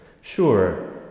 Sure